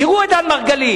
תראו את דן מרגלית,